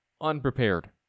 Unprepared